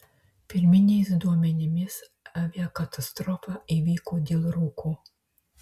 pirminiais duomenimis aviakatastrofa įvyko dėl rūko